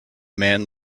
man